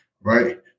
Right